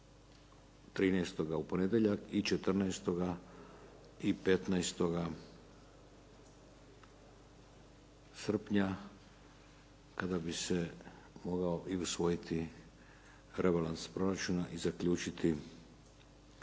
13. u ponedjeljak i 14. i 15. srpnja kada bi se mogao i usvojiti rebalans proračuna i zaključiti ova